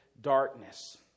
darkness